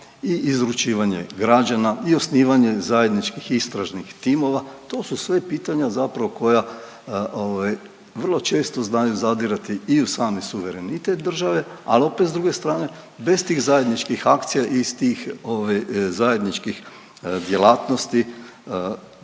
i izručivanje građana i osnivanje zajedničkih istražnih timova, to su sve pitanja koja vrlo često znaju zadirati i u sami suverenitet države, al opet s druge strane bez tih zajedničkih akcija iz tih zajedničkih djelatnosti